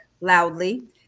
loudly